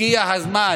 הגיע הזמן